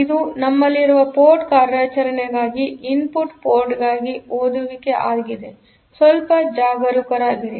ಇದು ನಮ್ಮಲ್ಲಿರುವ ಪೋರ್ಟ್ ಕಾರ್ಯಾಚರಣೆಗಾಗಿ ಇನ್ಪುಟ್ ಪೋರ್ಟ್ಗಾಗಿ ಓದುವಿಕೆ ಆಗಿದೆ ಸ್ವಲ್ಪ ಜಾಗರೂಕರಾಗಿರಿ